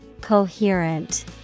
Coherent